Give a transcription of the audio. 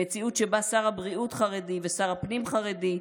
במציאות שבה שר הבריאות חרדי ושר הפנים חרדי,